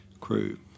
crew